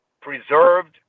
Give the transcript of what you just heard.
preserved